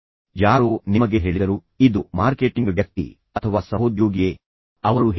ಯಾರೋ ನಿಮಗೆ ಹೇಳಿದರು ಯಾರೋ ನಿಮಗೆ ಹೇಗೆ ಹೇಳಿದರು ಇದು ಮಾರ್ಕೆಟಿಂಗ್ ವ್ಯಕ್ತಿ ಅಥವಾ ಮಾರಾಟದ ವ್ಯಕ್ತಿ ಅಥವಾ ಸ್ನೇಹಿತ ಅಥವಾ ಸಹೋದ್ಯೋಗಿಯೇ